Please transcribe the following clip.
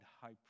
high